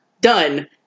done